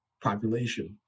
population